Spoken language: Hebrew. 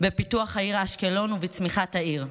בפיתוח העיר אשקלון ובצמיחת העיר.